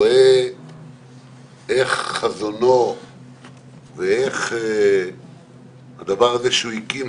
כשאני רואה איך חזונו ואיך הדבר הזה שהוא הקים,